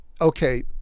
okay